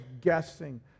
guessing